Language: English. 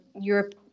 Europe –